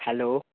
hello